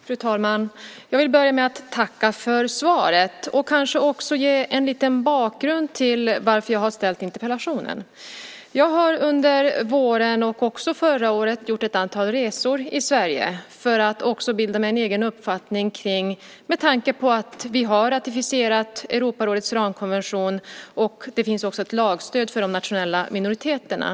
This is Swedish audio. Fru talman! Jag vill börja med att tacka för svaret och kanske också ge en liten bakgrund till varför jag ställt interpellationen. Jag har under våren och även förra året gjort ett antal resor i Sverige för att bilda mig en egen uppfattning om de nationella minoriteterna med tanke på att vi ratificerat Europarådets ramkonvention. Det finns också ett lagstöd för de nationella minoriteterna.